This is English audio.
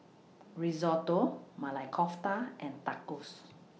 Risotto Maili Kofta and Tacos